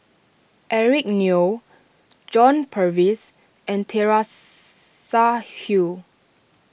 Eric Neo John Purvis and Teresa Hsu